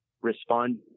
respond